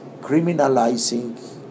criminalizing